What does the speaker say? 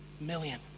million